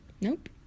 Nope